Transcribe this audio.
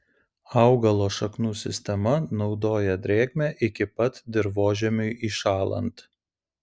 augalo šaknų sistema naudoja drėgmę iki pat dirvožemiui įšąlant